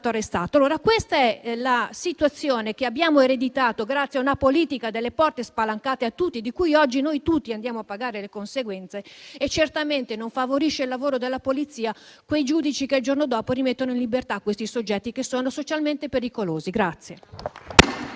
arrestata. Questa è la situazione che abbiamo ereditato grazie a una politica delle porte spalancate a tutti, di cui oggi noi andiamo a pagare le conseguenze. Certamente non favoriscono il lavoro della polizia quei giudici che il giorno dopo rimettono in libertà soggetti socialmente pericolosi.